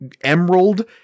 emerald